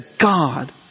God